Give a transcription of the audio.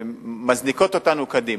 שמזניקות אותנו קדימה,